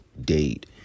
Date